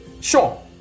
Sure